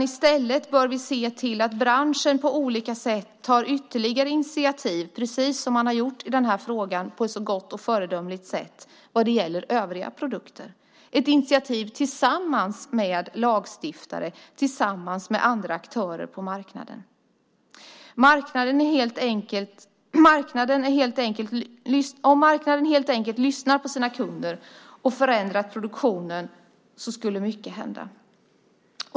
I stället bör vi se till att branschen på olika sätt tar ytterligare initiativ - precis som man har gjort i den här frågan på ett så gott och föredömligt sätt - vad gäller övriga produkter, ett initiativ tillsammans med lagstiftare och andra aktörer på marknaden. Om marknaden helt enkelt lyssnar på sina kunder och förändrar produktionen händer mycket.